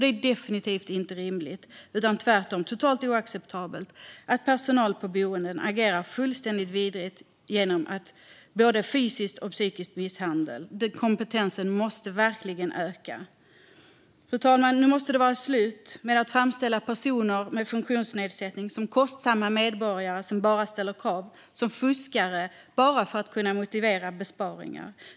Det är definitivt inte rimligt, utan tvärtom totalt oacceptabelt, att personal på boenden agerar fullständigt vidrigt med både fysisk och psykisk misshandel. Där måste kompetensen verkligen öka. Fru talman! Det måste vara slut med att framställa personer med funktionsnedsättning som kostsamma medborgare som bara ställer krav och som fuskare, bara för man ska kunna motivera besparingar.